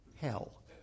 hell